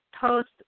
Post